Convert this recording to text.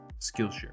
Skillshare